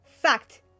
fact